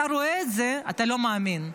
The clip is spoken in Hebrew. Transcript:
אתה רואה את זה, אתה לא מאמין.